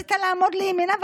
ורצית לעמוד לימינם,